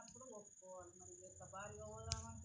Credit card మనం దేనికోసం ఉపయోగించుకోవచ్చు?